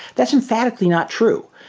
that's emphatically not true.